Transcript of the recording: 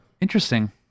interesting